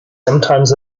sometimes